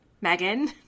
Megan